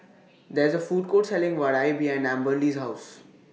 There IS A Food Court Selling Vadai behind Amberly's House